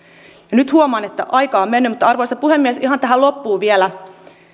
nyt huomaan että aikaa on mennyt mutta arvoisa puhemies ihan tähän loppuun vielä